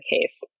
case